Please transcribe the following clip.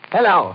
Hello